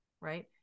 right